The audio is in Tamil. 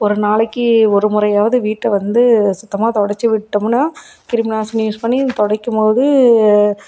ஒரு நாளைக்கு ஒரு முறையாவது வீட்டை வந்து சுத்தமாக துடச்சி விட்டோம்னால் கிருமிநாசினி யூஸ் பண்ணி துடைக்கும்போது